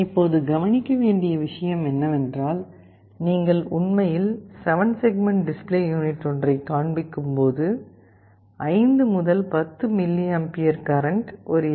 இப்போது கவனிக்க வேண்டிய விஷயம் என்னவென்றால் நீங்கள் உண்மையில் 7 செக்மெண்ட் டிஸ்ப்ளே யூனிட் ஒன்றைக் காண்பிக்கும் போது 5 முதல் 10 மில்லியம்பியர் கரண்ட் ஒரு எல்